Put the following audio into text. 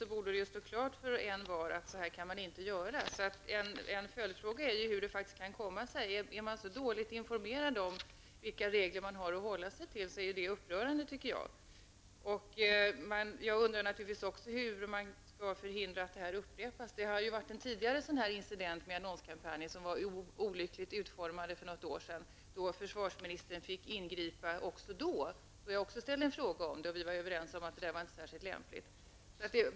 Det borde då stå klart för envar att man inte kan göra på detta sätt. En följdfråga blir då hur det faktiskt kan komma sig att detta skett. Är man så dåligt informerad om vilka regler man har att hålla sig till är detta upprörande. Jag undrar naturligtvis också hur man skall förhindra att detta upprepas. Det har ju förekommit en tidigare incident för något år sedan med en annonskampanj som var olyckligt utformad, och försvarsministern fick också då ingripa. Jag ställde även då en fråga, och vi var överens om att detta inte var särskilt lämpligt.